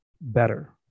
better